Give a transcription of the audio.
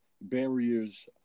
barriers